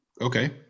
Okay